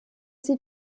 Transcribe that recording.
sie